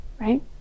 Right